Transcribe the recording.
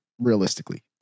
realistically